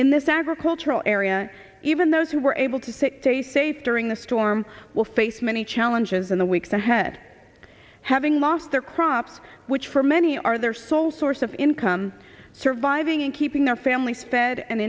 in this agricultural area even those who were able to see a state during the storm will face many challenges in the weeks ahead having lost their crops which for many are their sole source of income surviving and keeping their families fed an